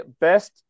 best